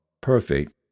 perfect